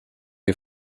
you